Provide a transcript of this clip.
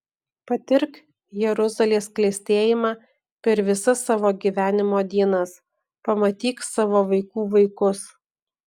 patirk jeruzalės klestėjimą per visas savo gyvenimo dienas pamatyk savo vaikų vaikus